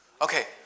Okay